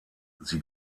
sie